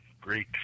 great